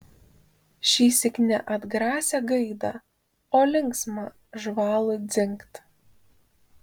šįsyk ne atgrasią gaidą o linksmą žvalų dzingt